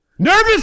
Nervous